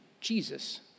Jesus